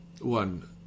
One